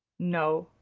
no,